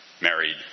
married